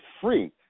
free